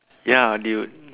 ya dude